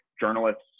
journalists